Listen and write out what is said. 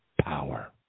power